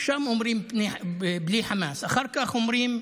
שם אומרים: בלי חמאס, אחר כך אומרים: